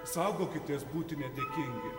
saugokitės būti nedėkingi